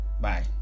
Bye